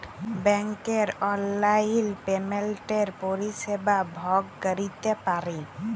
ব্যাংকের অললাইল পেমেল্টের পরিষেবা ভগ ক্যইরতে পারি